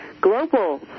global